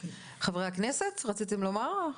חברי הכנסת, רציתם לומר משהו?